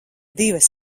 divas